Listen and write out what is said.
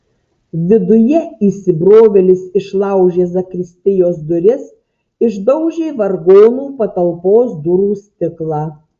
viduje įsibrovėlis išlaužė zakristijos duris išdaužė vargonų patalpos durų stiklą